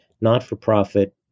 not-for-profit